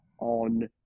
on